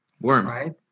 Worms